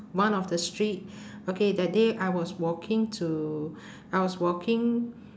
one of the street okay that day I was walking to I was walking